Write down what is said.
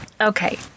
Okay